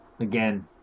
Again